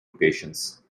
locations